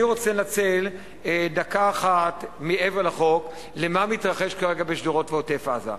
אני רוצה לנצל דקה אחת מעבר לחוק למה מתרחש כרגע בשׁדרות ועוטף-עזה,